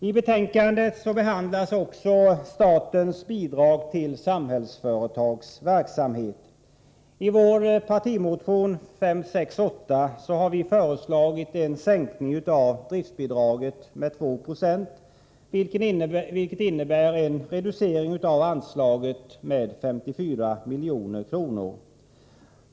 I betänkandet behandlas också statens bidrag till Samhällsföretags verksamhet. I vår partimotion 568 har vi föreslagit en sänkning av driftbidraget med 2 9, vilket innebär en reducering av anslaget med 54 milj.kr.